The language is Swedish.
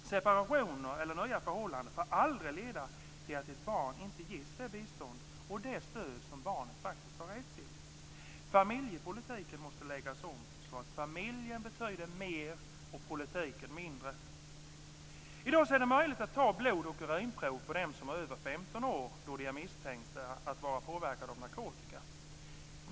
Separationer eller nya förhållanden får aldrig leda till att ett barn inte ges det bistånd och det stöd som barnen faktiskt har rätt till. Familjepolitiken måste läggas om så att familjen betyder mer och politiken mindre. I dag är det möjligt att ta blod och urinprov på dem som är över 15 år när de misstänks för att vara påverkade av narkotika.